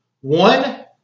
One